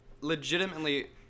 legitimately